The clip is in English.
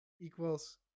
equals